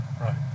Right